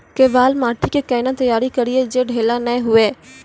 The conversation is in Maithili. केवाल माटी के कैना तैयारी करिए जे ढेला नैय हुए?